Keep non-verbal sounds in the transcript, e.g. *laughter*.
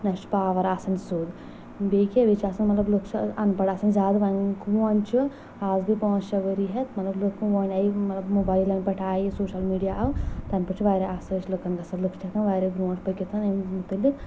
نَہ چھُ پاوَر آسان سیٚود بیٚیہِ کیٚاہ بیٚیہِ چھُ آسان مطلب لُکھ چھِ اَنٛپڑ آسان زیادٕ وۄنۍ گوٚو وۄنۍ چھُ آز گٔے پانٛژھ شیٚے ؤری ہیٚتھ مطلب لکھ وۄنۍ آیہِ مطلب موبایلن پٮ۪ٹھ آیہِ سوشل میڈیا آو تَنہٕ پٮ۪ٹھ چھُ واریاہ آسٲیِش لُکن گژھان لُکھ چھِ ہٮ۪کان واریاہ برونٛٹھ پٔکِتھ *unintelligible*